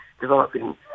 developing